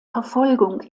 verfolgung